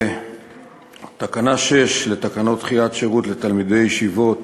תקנה 6 לתקנות דחיית שירות לתלמידי ישיבות